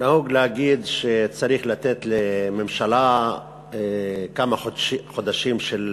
נהוג להגיד שצריך לתת לממשלה כמה חודשים של חסד.